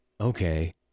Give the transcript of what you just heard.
okay